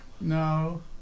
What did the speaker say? No